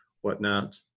whatnot